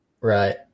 Right